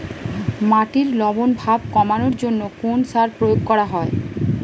মাটির লবণ ভাব কমানোর জন্য কোন সার প্রয়োগ করা হয়?